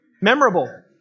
Memorable